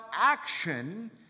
action